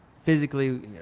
physically